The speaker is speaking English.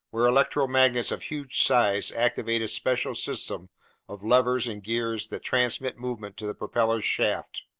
where electromagnets of huge size activate a special system of levers and gears that transmit movement to the propeller's shaft.